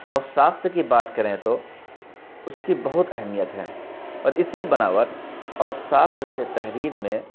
اور ساخت کی بات کریں تو اس کی بہت اہمیت ہے اور اسی بناوٹ اور ساخت سے تحریر میں